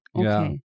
Okay